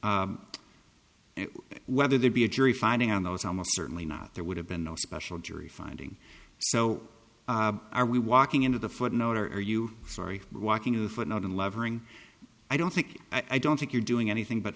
and whether there be a jury finding on those almost certainly not there would have been no special jury finding so are we walking into the footnote are you sorry walking a footnote in levering i don't think i don't think you're doing anything but